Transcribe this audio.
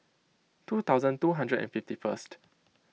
two thousand two hundred and fifty first